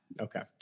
Okay